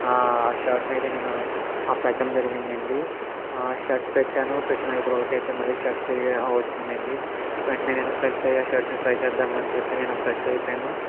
షర్ట్నైతే నేను ఆ పెట్టడం జరిగిందండి ఆ షర్ట్ పెట్టాను పెట్టిన ఐదు రోజులకైతే మళ్ళీ షర్ట్ తిరిగి వచ్చిందండి వెంటనే నేను ఫ్రెష్ అయ్యి ఆ షర్ట్ని ట్రై చేద్దామని చెప్పి నేను ఫ్రెష్ అయిపోయాను